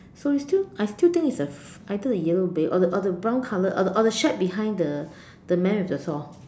so it's still I still think is a either a yellow bed or the or the brown colour or the or the shack behind the the man with the saw